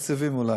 לתקציבים, אולי.